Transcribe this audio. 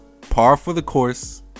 par-for-the-course